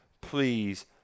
please